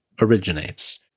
originates